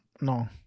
no